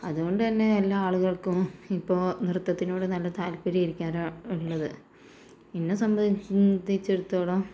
അതുകൊണ്ടുതന്നെ എല്ലാ ആളുകൾക്കും ഇപ്പോൾ നൃത്തത്തിനോട് നല്ല താത്പര്യം ആയിരിക്കും ഉള്ളത് എന്നെ സംബന്ധിച്ചിടത്തോളം